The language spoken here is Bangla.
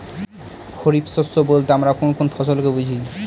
খরিফ শস্য বলতে আমরা কোন কোন ফসল কে বুঝি?